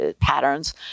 patterns